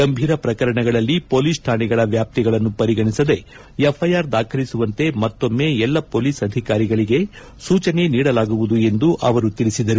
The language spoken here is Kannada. ಗಂಭೀರ ಪ್ರಕರಣಗಳಲ್ಲಿ ಮೊಲೀಸ್ ಠಾಣೆಗಳ ವ್ಯಾಪ್ತಿಗಳನ್ನು ಪರಿಗಣಿಸದೇ ಎಫ್ಐಆರ್ ದಾಖಲಿಸುವಂತೆ ಮತ್ತೊಮ್ನೆ ಎಲ್ಲಾ ಮೊಲೀಸ್ ಅಧಿಕಾರಿಗಳಿಗೆ ಸೂಚನೆ ನೀಡಲಾಗುವುದು ಎಂದು ಅವರು ತಿಳಿಸಿದರು